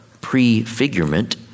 prefigurement